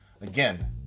again